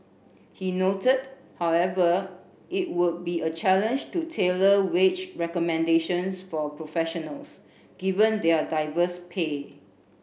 he noted however it would be a challenge to tailor wage recommendations for professionals given their diverse pay